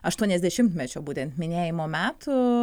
aštuoniasdešimtmečio būtent minėjimo metų